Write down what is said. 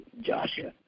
Joshua